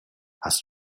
hast